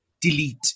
delete